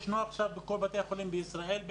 הוא ישנו עכשיו בכל בתי החולים בישראל,